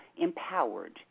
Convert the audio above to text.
empowered